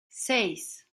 seis